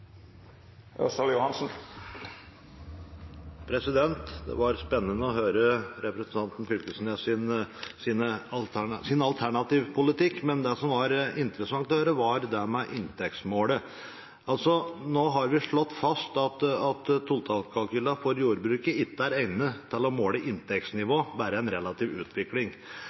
vert replikkordskifte. Det var spennende å høre representanten Fylkesnes’ alternative politikk, men det som var interessant å høre, var det med inntektsmålet. Nå har vi altså slått fast at totalkalkylen for jordbruket ikke er egnet til å måle inntektsnivå, men bare en relativ utvikling.